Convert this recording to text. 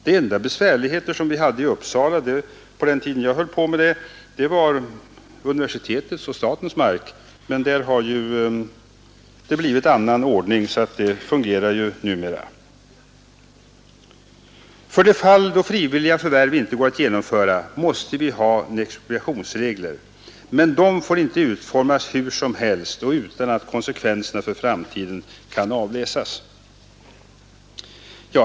De enda besvärligheter som vi hade i Uppsala på den tid jag sysslade med detta gällde universitetets och statens mark. Men där har vi nu fått en annan ordning och det hela fungerar numera. För de fall då frivilliga förvärv inte går att genomföra måste vi ha expropriationsregler, men dessa får inte utformas hur som helst och utan att konsekvenserna för framtiden kan avläsas.